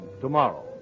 tomorrow